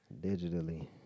Digitally